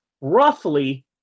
roughly